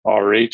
RH